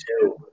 two